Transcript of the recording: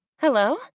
Hello